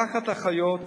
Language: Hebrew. לקחת אחיות,